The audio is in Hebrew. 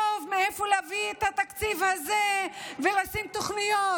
מאיפה להביא את התקציב הזה ולשים תוכניות,